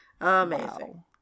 Amazing